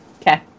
Okay